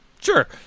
Sure